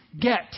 get